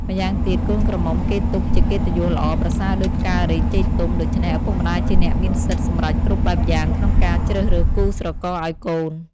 ម្យ៉ាងទៀត កូនក្រមុំគេទុកជាកិត្តិយសល្អ ប្រសើរដូចផ្ការីក ចេកទុំ ដូច្នេះ ឪពុកម្ដាយជាអ្នកមានសិទ្ធិសម្រេចគ្រប់បែបយ៉ាងក្នុងការជ្រើសរើសគូស្រករឲ្យកូន ។